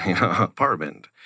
apartment